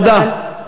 תודה.